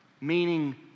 Meaning